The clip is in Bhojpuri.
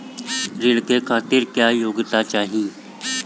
ऋण के खातिर क्या योग्यता चाहीं?